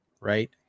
right